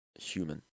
human